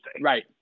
Right